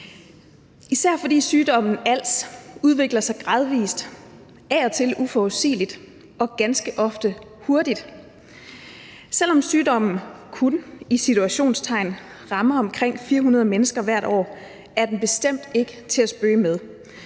især fordi sygdommen als udvikler sig gradvist, af og til uforudsigeligt og ganske ofte hurtigt. Selv om sygdommen kun – i citationstegn – rammer omkring 400 mennesker hvert år, er den bestemt ikke til at spøge med.